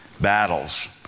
battles